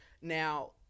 Now